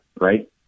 right